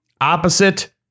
Opposite